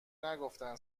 نگفتن